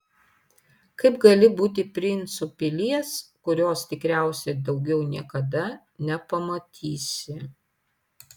kaip gali būti princu pilies kurios tikriausiai daugiau niekada nepamatysi